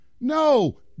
No